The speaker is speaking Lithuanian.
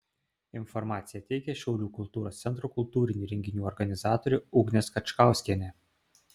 informaciją teikia šiaulių kultūros centro kultūrinių renginių organizatorė ugnė skačkauskienė